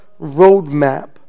roadmap